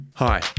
Hi